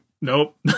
Nope